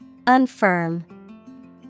Unfirm